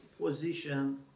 position